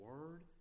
word